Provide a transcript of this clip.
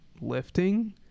lifting